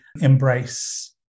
embrace